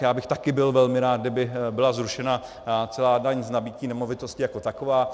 Já bych také byl velmi rád, kdyby byla zrušena celá daň z nabytí nemovitosti jako taková.